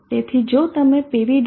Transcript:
તેથી જો તમે pv